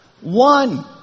One